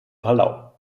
palau